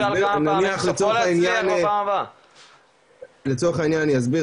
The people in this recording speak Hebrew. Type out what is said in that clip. נניח לצורך העניין אני אסביר,